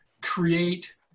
create